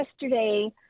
yesterday